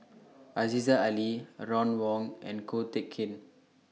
Aziza Ali Ron Wong and Ko Teck Kin